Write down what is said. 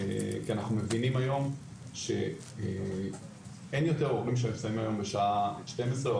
כי אנחנו מבינים היום שאין יותר הורים שמסיימים בשעה 12:00 או